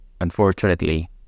Unfortunately